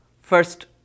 first